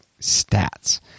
stats